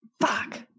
Fuck